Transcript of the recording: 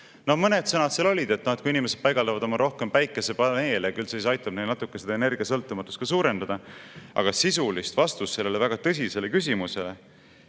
No mõned sõnad seal olid – et kui inimesed paigaldavad omale rohkem päikesepaneele, küll see siis aitab neil natuke seda energiasõltumatust suurendada. Aga sisulist vastust sellele väga tõsisele küsimusele,